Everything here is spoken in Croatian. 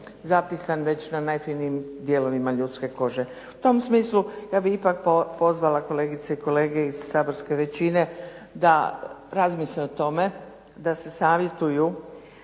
zapisan već na najfinijim dijelovima ljudske kože. U tom smislu ja bih ipak pozvala kolegice i kolege iz saborske većine da razmisle o tome, da se savjetuju